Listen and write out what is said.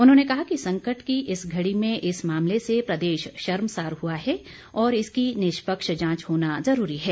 उन्होंने कहा कि संकट की इस घड़ी में इस मामले से प्रदेश शर्मसार हुआ है और इसकी निष्पक्ष जांच होना जरूरी है